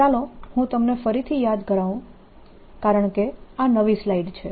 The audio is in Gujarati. ચાલો હું તમને ફરીથી યાદ કરાવું કારણકે આ નવી સ્લાઇડ છે